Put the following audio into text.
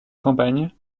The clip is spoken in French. campagne